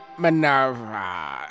Minerva